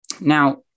Now